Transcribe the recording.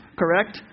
correct